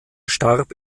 starb